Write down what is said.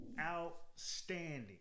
outstanding